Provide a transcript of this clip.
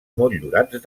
motllurats